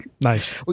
Nice